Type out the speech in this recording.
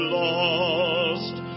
lost